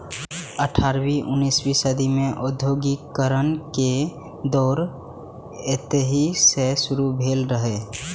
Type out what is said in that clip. अठारहवीं उन्नसवीं सदी मे औद्योगिकीकरण के दौर एतहि सं शुरू भेल रहै